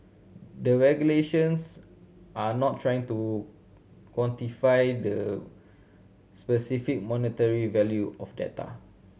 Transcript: the regulators are not trying to quantify the specific monetary value of data